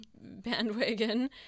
bandwagon